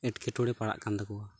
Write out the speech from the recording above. ᱮᱴᱠᱮᱴᱚᱬᱮ ᱯᱟᱲᱟᱜᱠᱟᱱ ᱛᱟᱠᱚᱣᱟ